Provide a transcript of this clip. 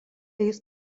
jis